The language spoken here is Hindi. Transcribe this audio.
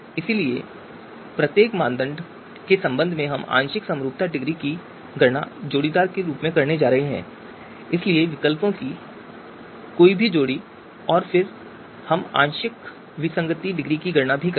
इसलिए प्रत्येक मानदंड के संबंध में हम आंशिक समरूपता डिग्री की गणना जोड़ीदार करने जा रहे हैं इसलिए विकल्पों की कोई भी जोड़ी और फिर हम आंशिक विसंगति डिग्री की गणना भी करेंगे